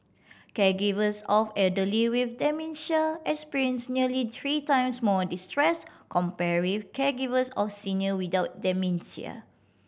caregivers of elderly with dementia experience nearly three times more distress compare with caregivers of senior without dementia